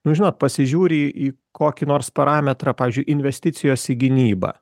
nu žinok pasižiūri į kokį nors parametrą pavyzdžiui investicijos į gynybą